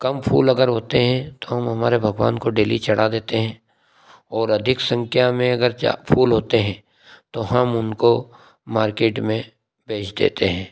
कम फूल अगर होते हैं तो हम हमारे भगवान को डेली चढ़ा देते हैं और अधिक संख्या में अगर जा फूल होते हैं तो हम उनको मार्केट में बेच देते हैं